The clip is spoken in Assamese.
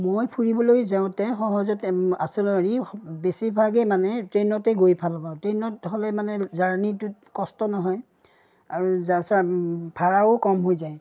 মই ফুৰিবলৈ যাওঁতে সহজতে আচল অৰি বেছিভাগেই মানে ট্ৰেইনতে গৈ ভাল পাওঁ ট্ৰেইনত হ'লে মানে জাৰ্ণনিটোত কষ্ট নহয় আৰু যাৰ ভাড়াও কম হৈ যায়